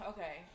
Okay